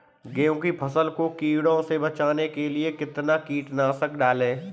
गेहूँ की फसल को कीड़ों से बचाने के लिए कितना कीटनाशक डालें?